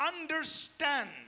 understand